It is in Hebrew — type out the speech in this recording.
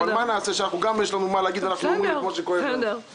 אבל מה לעשות שגם לנו יש מה להגיד ואנחנו אומרים את מה שכואב לנו.